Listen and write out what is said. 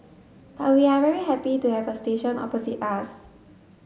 but we are very happy to have a station opposite us